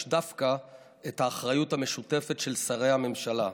דווקא את האחריות המשותפת של שרי הממשלה,